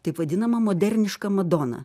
taip vadinamą modernišką madoną